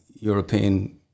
european